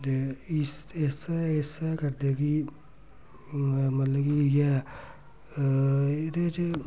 ते इस इस इस करदे कि मतलब कि इ'यै एह्दे च